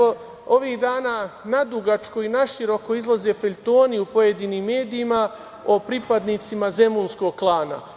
Ovih dana nadugačko i naširoko izlaze feljtoni u pojedinim medijima o pripadnicima „zemunskog klana“